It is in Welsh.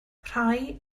rhai